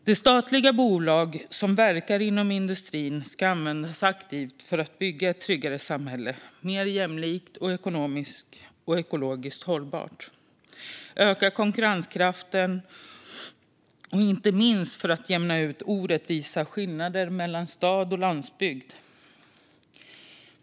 De statliga bolag som verkar inom industrin ska användas aktivt för att bygga ett tryggare samhälle som är mer jämlikt och ekonomiskt och ekologiskt hållbart, öka konkurrenskraften och inte minst jämna ut orättvisa skillnader mellan stad och landsbygd.